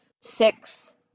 six